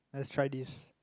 let's try this